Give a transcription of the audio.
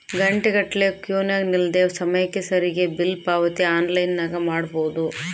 ಘಂಟೆಗಟ್ಟಲೆ ಕ್ಯೂನಗ ನಿಲ್ಲದೆ ಸಮಯಕ್ಕೆ ಸರಿಗಿ ಬಿಲ್ ಪಾವತಿ ಆನ್ಲೈನ್ನಾಗ ಮಾಡಬೊದು